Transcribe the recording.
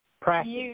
practice